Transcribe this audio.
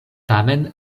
tamen